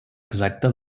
exacta